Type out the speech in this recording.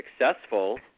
successful